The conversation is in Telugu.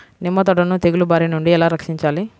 నిమ్మ తోటను తెగులు బారి నుండి ఎలా రక్షించాలి?